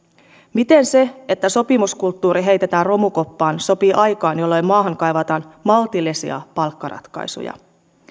miten se että sopimuskulttuuri heitetään romukoppaan sopii aikaan jolloin maahan kaivataan maltillisia palkkaratkaisuja